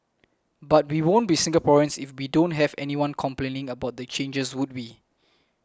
but we won't be Singaporeans if we don't have anyone complaining about the changes would we